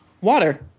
Water